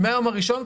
מהיום הראשון,